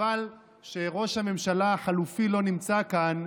חבל שראש הממשלה החלופי לא נמצא כאן,